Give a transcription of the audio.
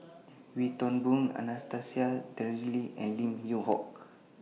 Wee Toon Boon Anastasia Tjendri Liew and Lim Yew Hock